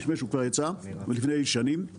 הוא כבר יצא לפני שנים.